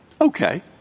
okay